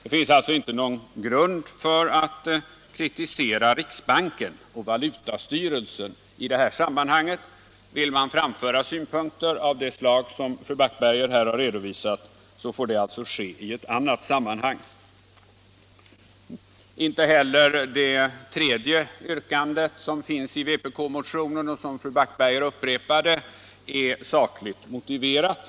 Det finns alltså inte någon grund för att kritisera riksbanken och valutastyrelsen i det här sammanhanget. Vill man framföra synpunkter av det slag som fru Backberger här redovisade, får det ske i annat sammanhang. Inte heller det tredje yrkandet i vpk-motionen — fru Backberger upprepade det här — är sakligt motiverat.